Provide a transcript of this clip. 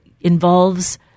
involves